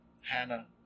Hannah